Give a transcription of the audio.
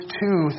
two